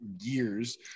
years